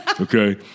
okay